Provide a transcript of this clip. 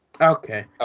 Okay